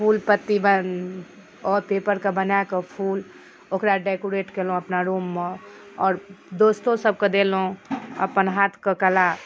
फूल पत्ती बना आओर पेपरके बनाकऽ फूल ओकरा डेकोरेट केलहुँ अपना रूममे आओर दोस्तोसबके देलहुँ अपन हाथके कला